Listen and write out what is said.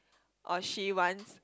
or she wants